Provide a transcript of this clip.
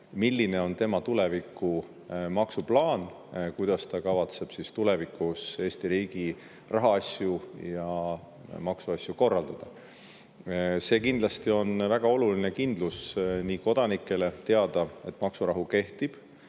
milline on tema tulevikumaksuplaan, kuidas ta kavatseb tulevikus Eesti riigi rahaasju ja maksuasju korraldada. See kindlasti on väga oluline kindlus nii kodanikele teada, et maksurahu kehtib,